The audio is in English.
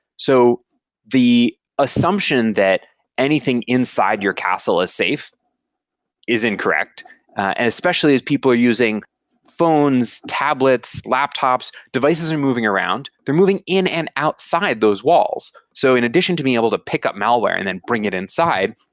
so the assumption that anything inside your castle is safe is incorrect, and especially as people are using phones, tablets, laptops, devices are and moving around, they're moving in and outside those walls. so in addition to be able to pick up malware and then bring it inside,